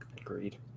agreed